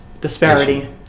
disparity